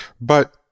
But-